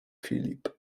filip